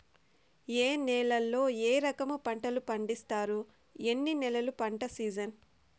ఏ నేలల్లో ఏ రకము పంటలు పండిస్తారు, ఎన్ని నెలలు పంట సిజన్?